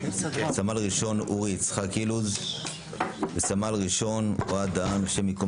סמל ראשון אורי יצחק אילוז וסמל ראשון אוהד דהן הי"ד.